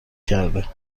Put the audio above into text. کرده